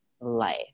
life